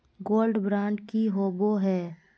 Gold bond की होबो है?